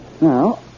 Now